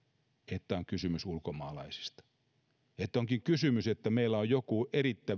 että on kysymys ulkomaalaisista että onkin kysymys siitä että meillä on joku